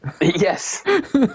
Yes